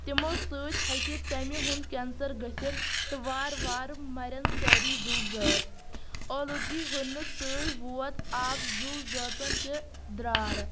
تِمو سۭتۍ ہیٚکہِ ژَمہِ ہُنٛد کینسر گٔژھِتھ تہٕ وارٕ وارٕ مرٮ۪ن سٲری زُو زٲژ اولوٗدگی ہُرنہٕ سۭتۍ ووت آب زُو زٲژن تہِ درٛارٕ